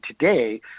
today